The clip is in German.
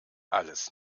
alles